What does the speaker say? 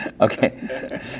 Okay